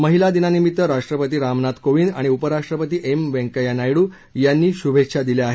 महिला दिनानिमित्त राष्ट्रपती रामनाथ कोविंद आणि उपराष्ट्रपती एम व्यंकैय्या नायडू यांनी शुभेच्छा दिल्या आहेत